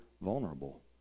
vulnerable